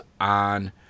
on